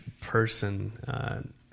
person